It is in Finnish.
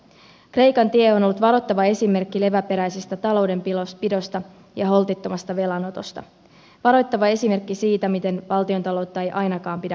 kreikan tie on ollut varoittava esimerkki leväperäisestä taloudenpidosta ja holtittomasta velanotosta varoittava esimerkki siitä miten valtiontaloutta ei ainakaan pidä hoitaa